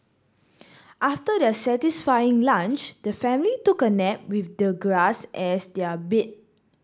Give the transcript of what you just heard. after their satisfying lunch the family took a nap with the grass as their bed